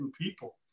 people